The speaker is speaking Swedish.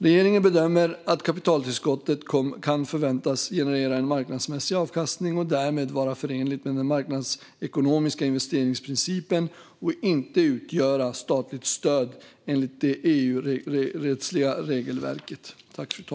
Regeringen bedömer att kapitaltillskottet kan förväntas generera en marknadsmässig avkastning och därmed vara förenligt med den marknadsekonomiska investeringsprincipen och inte utgöra statligt stöd enligt det EU-rättsliga regelverket.